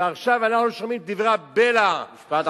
ועכשיו אנחנו שומעים את דברי הבלע של